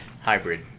Hybrid